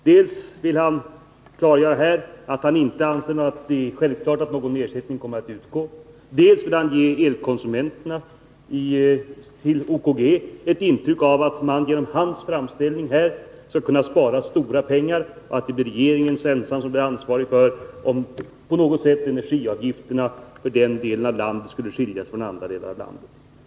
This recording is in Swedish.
Herr talman! Herr Rosqvist vill rida två hästar. Dels vill han klargöra att haninte anser det självklart att ersättning kommer att utgå, dels vill han ge de elkonsumenter som är kunder hos OKG ett intryck av att man genom hans framställning här skall kunna spara stora pengar och att det är regeringen ensam som bär ansvaret, om energiavgifterna i den del av landet som tar sin elström från OKG skulle skilja sig från avgifterna i andra delar av landet.